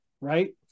right